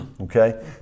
Okay